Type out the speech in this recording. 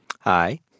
Hi